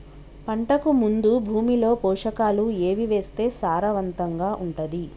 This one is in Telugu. పంటకు ముందు భూమిలో పోషకాలు ఏవి వేస్తే సారవంతంగా ఉంటది?